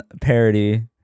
parody